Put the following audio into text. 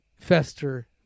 fester